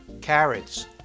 carrots